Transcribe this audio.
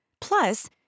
Plus